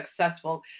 successful